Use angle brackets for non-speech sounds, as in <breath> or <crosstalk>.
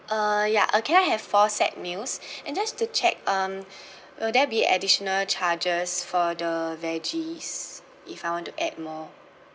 uh ya uh can I have four set meals <breath> and just to check um will there be additional charges for the veggies if I want to add more